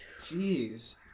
Jeez